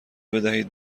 بدهید